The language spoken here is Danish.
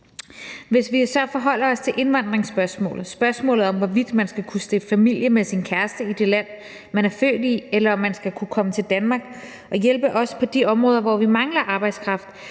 Hvis vi så forholder os til indvandringsspørgsmålet og spørgsmålet om, hvorvidt man skal kunne stifte familie med sin kæreste i det land, man er født i, eller om man skal kunne komme til Danmark og hjælpe os på de områder, hvor vi mangler arbejdskraft,